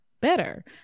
better